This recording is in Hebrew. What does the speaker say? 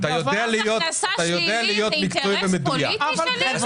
אתה יודע להיות מקצועי ומדויק.